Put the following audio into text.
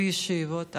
בישיבות,